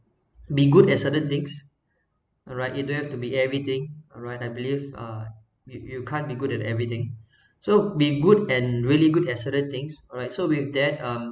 be good at certain things alright you don't have to be everything alright I believe uh you you can't be good at everything so be good and really good at certain things alright so with that um